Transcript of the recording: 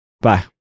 Bye